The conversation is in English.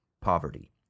poverty